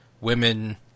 women